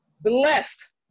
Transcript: blessed